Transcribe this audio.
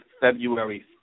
February